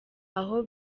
aho